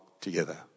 together